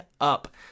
up